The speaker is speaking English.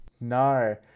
No